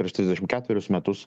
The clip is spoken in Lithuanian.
prieš trisdešimt ketverius metus